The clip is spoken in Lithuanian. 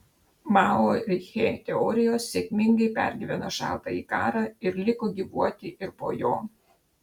mao ir che teorijos sėkmingai pergyveno šaltąjį karą ir liko gyvuoti ir po jo